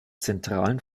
zentralen